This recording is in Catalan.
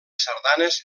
sardanes